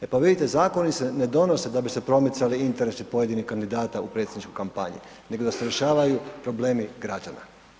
E pa vidite, zakoni se ne donose da bi se promicali interesi pojedinih kandidata u predsjedničkoj kampanji nego da se rješavaju problemi građana.